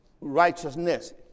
righteousness